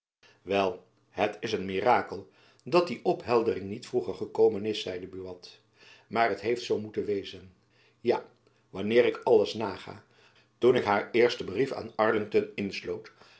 wel t is een mirakel dat die opheldering niet vroeger gekomen is zeide buat maar t heeft zoo moeten wezen ja wanneer ik alles naga toen ik haar eersten brief aan arlington insloot